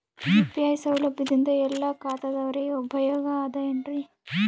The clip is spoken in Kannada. ಯು.ಪಿ.ಐ ಸೌಲಭ್ಯದಿಂದ ಎಲ್ಲಾ ಖಾತಾದಾವರಿಗ ಉಪಯೋಗ ಅದ ಏನ್ರಿ?